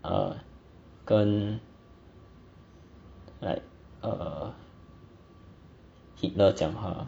err 跟 like err hitler 讲话